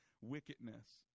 wickedness